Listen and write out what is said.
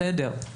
בסדר.